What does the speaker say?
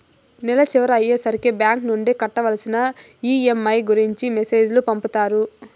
నెల చివర అయ్యే సరికి బ్యాంక్ నుండి కట్టవలసిన ఈ.ఎం.ఐ గురించి మెసేజ్ లు పంపుతారు